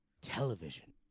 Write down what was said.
television